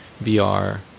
VR